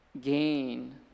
gain